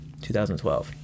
2012